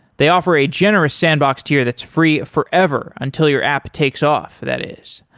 they offer a generous sandbox tier that's free forever until your app takes off, that is.